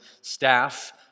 staff